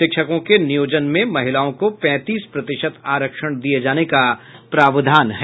शिक्षकों के नियोजन में महिलाओं को पैंतीस प्रतिशत आरक्षण दिये जाने का प्रावधान है